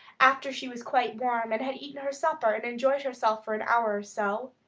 after she was quite warm and had eaten her supper and enjoyed herself for an hour or so,